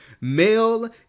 Male